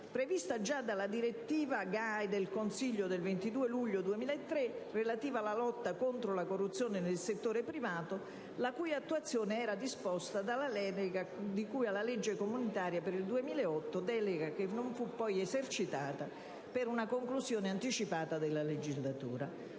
previsto dalla direttiva GAI del Consiglio del 22 luglio 2003, relativa alla lotta contro la corruzione nel settore privato, la cui attuazione era disposta dalla delega di cui alla legge comunitaria per il 2008, delega che non fu poi esercitata per la conclusione anticipata della scorsa legislatura.